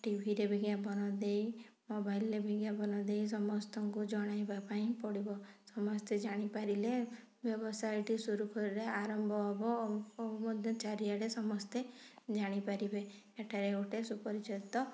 ଟିଭିରେ ବିଜ୍ଞାପନ ଦେଇ ମୋବାଇଲ୍ରେ ବିଜ୍ଞାପନ ଦେଇ ସମସ୍ତଙ୍କୁ ଜଣାଇବା ପାଇଁ ପଡ଼ିବ ସମସ୍ତେ ଜାଣିପାରିଲେ ବ୍ୟବସାୟଟି ସୁରୁଖୁରୁରେ ଆରମ୍ଭ ହବ ଓ ମଧ୍ୟ ଚାରିଆଡ଼େ ସମସ୍ତେ ଜାଣିପାରିବେ ଏଠାରେ ଗୋଟେ ସୁପରିଚିତ